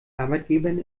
arbeitgebern